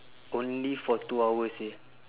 only for two hours seh